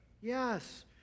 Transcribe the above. Yes